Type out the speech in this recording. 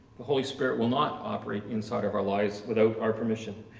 the holy spirit will not operate inside of our lives without our permission,